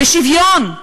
בשוויון,